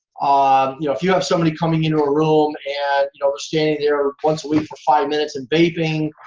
ah yeah if you have somebody coming in to a room and you know they're standing there once a week for five minutes and vaping,